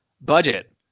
budget